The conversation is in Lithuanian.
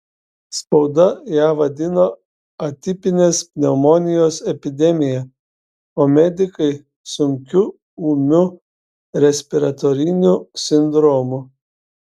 spauda ją vadino atipinės pneumonijos epidemija o medikai sunkiu ūmiu respiratoriniu sindromu